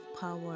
power